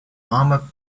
armour